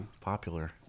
popular